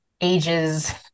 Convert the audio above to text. ages